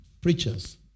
Preachers